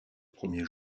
premier